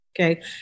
Okay